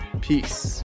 Peace